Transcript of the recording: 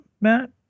Matt